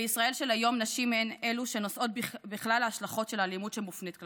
בישראל של היום נשים הן שנושאות בכל ההשלכות של האלימות שמופנית כלפיהן.